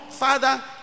father